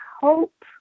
hope